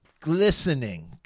glistening